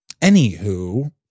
Anywho